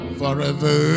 forever